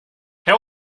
herr